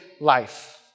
life